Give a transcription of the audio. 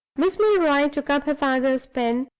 miss milroy took up her father's pen,